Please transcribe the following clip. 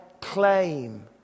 claim